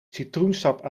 citroensap